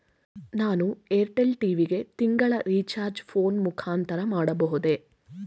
ನಾನು Airtel TV ಗೆ ತಿಂಗಳ ರಿಚಾರ್ಜ್ ಫೋನ್ ಮುಖಾಂತರ ಮಾಡಬಹುದೇ?